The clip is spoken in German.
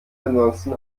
ansonsten